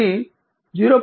కాబట్టి 0